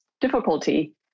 difficulty